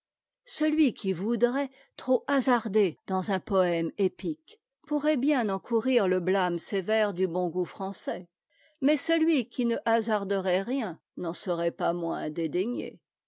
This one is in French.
celui qui voudrait trop hasarder dans un poëme épique pourrait bien encourir le blâme sévère du bon goût français mais celui qui ne hasarderait rien n'en serait pas moins